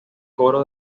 coro